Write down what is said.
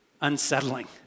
unsettling